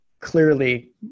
clearly